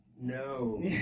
no